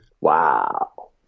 Wow